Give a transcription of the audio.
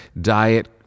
diet